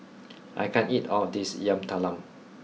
I can't eat all of this Yam Talam